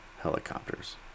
helicopters